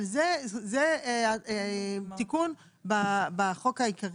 אבל זה תיקון בחוק העיקרי.